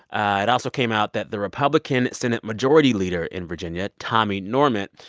ah it also came out that the republican senate majority leader in virginia, tommy norment,